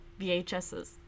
VHSs